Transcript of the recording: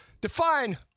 Define